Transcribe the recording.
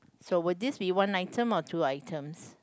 so would this be one item or two items